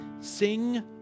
Sing